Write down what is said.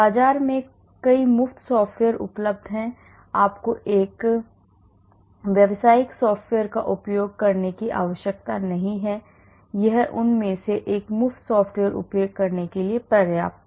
बाजार में कई मुफ्त सॉफ्टवेयर उपलब्ध हैं आपको एक व्यावसायिक सॉफ्टवेयर का उपयोग करने की आवश्यकता नहीं है यह उन में से एक मुफ्त सॉफ्टवेयर का उपयोग करने के लिए पर्याप्त है